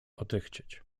odechcieć